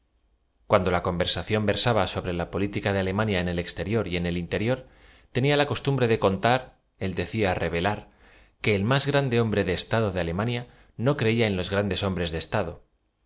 cuando la conversación versaba sobre la política de alemania eu el exterior y en el interior tenia la eos tumbre de contar él decía re v e la r que el más gran de hombre de estado de alem ania no creía en los grandes hombres de estado